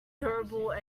durable